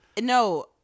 no